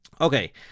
Okay